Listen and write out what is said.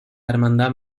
hermandad